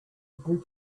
group